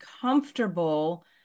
comfortable